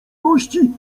gości